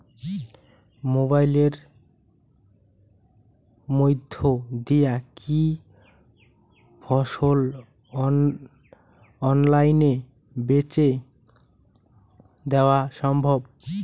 মোবাইলের মইধ্যে দিয়া কি ফসল অনলাইনে বেঁচে দেওয়া সম্ভব?